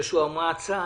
יהושע מצא.